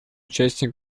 участия